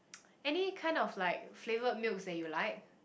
any kind of like flavoured milks that you like